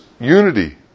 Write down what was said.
unity